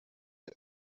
que